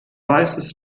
weißes